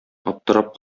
аптырап